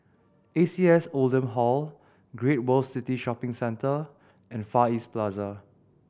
A C S Oldham Hall Great World City Shopping Centre and Far East Plaza